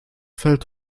fällt